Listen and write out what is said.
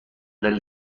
del